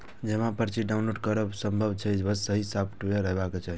जमा पर्ची डॉउनलोड करब संभव छै, बस सही सॉफ्टवेयर हेबाक चाही